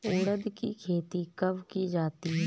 उड़द की खेती कब की जाती है?